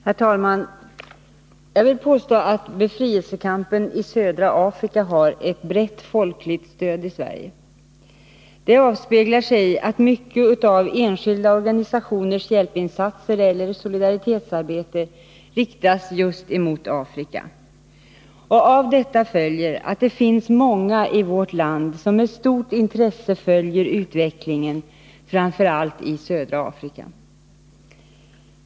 Herr talman! Jag vill påstå att befrielsekampen i södra Afrika har ett brett folkligt stöd i Sveige. Det avspeglar sig i att mycket av enskilda organsiationers hjälpinsatser eller solidaritetsarbete riktas just mot Afrika. Av detta följer att det finns många i vårt land som med stort intresse följer utvecklingen framför allt i södra Afrika.